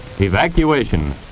Evacuation